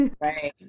Right